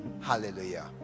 hallelujah